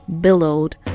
billowed